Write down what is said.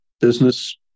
business